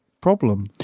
problem